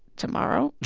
tomorrow